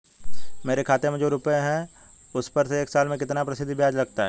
मेरे खाते में जो रुपये हैं उस पर एक साल में कितना फ़ीसदी ब्याज लगता है?